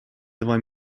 два